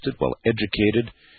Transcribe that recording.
well-educated